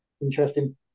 interesting